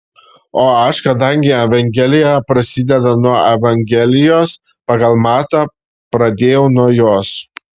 o aš kadangi evangelija prasideda nuo evangelijos pagal matą pradėjau nuo jos